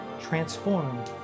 transform